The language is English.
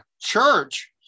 church